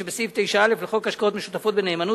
שבסעיף 9א לחוק השקעות משותפות בנאמנות,